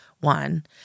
one